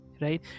right